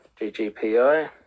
GGPI